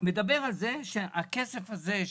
מדבר על זה שהכסף הזה,